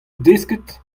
desket